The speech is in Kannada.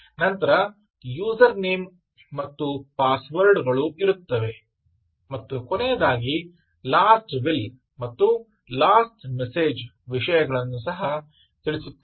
ನಂತರ ಯೂಸರ್ ನೇಮ್ ಮತ್ತು ಪಾಸ್ವರ್ಡ್ ಗಳು ಇರುತ್ತವೆ ಮತ್ತು ಕೊನೆಯದಾಗಿ ಲಾಸ್ಟ ವಿಲ್ ಮತ್ತು ಲಾಸ್ಟ ಮೆಸೇಜ್ ವಿಷಯಗಳನ್ನು ಸಹ ತಿಳಿಸುತ್ತೇನೆ